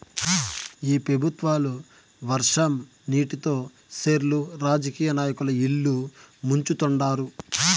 ఈ పెబుత్వాలు వర్షం నీటితో సెర్లు రాజకీయ నాయకుల ఇల్లు ముంచుతండారు